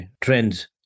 trends